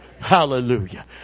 Hallelujah